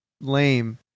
lame